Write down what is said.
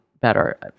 better